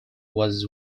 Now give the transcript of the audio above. was